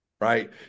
right